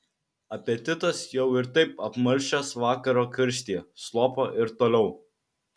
apetitas jau ir taip apmalšęs vakaro karštyje slopo ir toliau